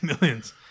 Millions